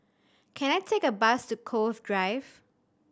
can I take a bus to Cove Drive